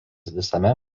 visame